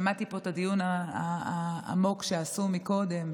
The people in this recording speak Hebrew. שמעתי פה את הדיון העמוק שעשו מקודם: